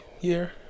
year